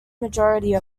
majority